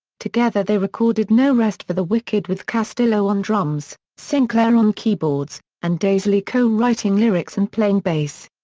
together they recorded no rest for the wicked with castillo on drums, sinclair on keyboards, and daisley co-writing lyrics and playing bass.